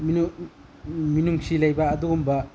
ꯃꯤꯅꯨꯡꯁꯤ ꯂꯩꯕ ꯑꯗꯨꯒꯨꯝꯕ